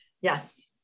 yes